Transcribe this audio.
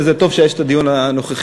וזה טוב שנקיים את הדיון הנוכחי.